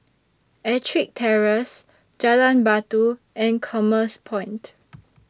Ettrick Terrace Jalan Batu and Commerce Point